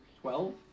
Twelve